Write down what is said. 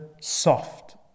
soft